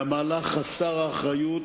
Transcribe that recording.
מהמהלך חסר האחריות